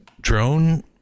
drone